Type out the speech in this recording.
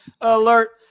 alert